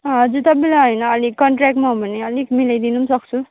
हजुर तपाईँलाई होइन अलिक कन्ट्र्याकमा हो भने अलिक मिलाइदिनु पनि सक्छु